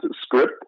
script